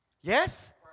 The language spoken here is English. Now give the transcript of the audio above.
Yes